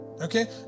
Okay